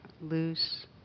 loose